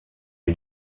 est